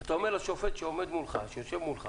אתה אומר לשופט שיושב מולך